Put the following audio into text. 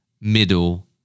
middle